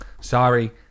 Sorry